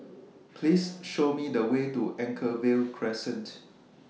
Please Show Me The Way to Anchorvale Crescent